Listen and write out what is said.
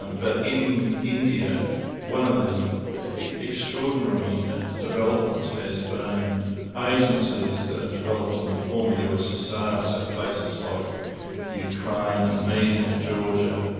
and but in india one of the extraordinary developments has been agencies that have developed in the former ussr, so places like ukraine, armenia, georgia,